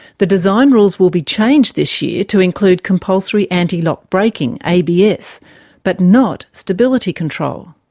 the design rules will be changed this year to include compulsory antilock braking abs but not stability control.